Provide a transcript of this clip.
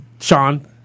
Sean